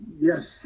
yes